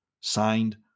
Signed